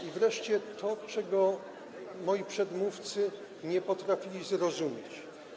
I wreszcie to, czego moi przedmówcy nie potrafili zrozumieć.